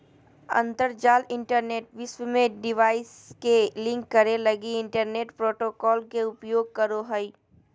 अंतरजाल इंटरनेट विश्व में डिवाइस के लिंक करे लगी इंटरनेट प्रोटोकॉल के उपयोग करो हइ